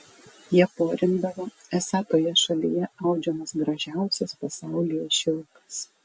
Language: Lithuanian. jie porindavo esą toje šalyje audžiamas gražiausias pasaulyje šilkas